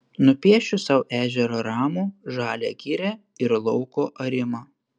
nupiešiu sau ežerą ramų žalią girią ir lauko arimą